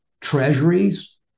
treasuries